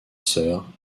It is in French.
sœur